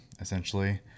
essentially